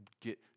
get